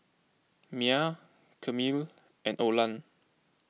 Myah Camille and Olan